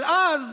אבל אז,